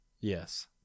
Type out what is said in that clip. Yes